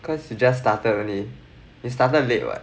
cause you just started only you started late [what]